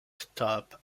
stop